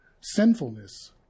sinfulness